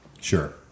Sure